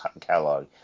catalog